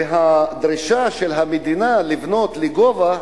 והדרישה של המדינה לבנות לגובה,